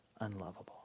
unlovable